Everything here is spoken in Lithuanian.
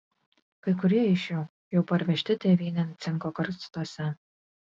kai kurie iš jų jau parvežti tėvynėn cinko karstuose